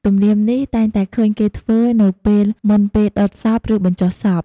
ទំនៀមនេះតែងតែឃើញគេធ្វើនៅពេលមុនពេលដុតសពឬបញ្ចុះសព។